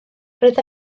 roedd